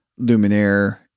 Luminaire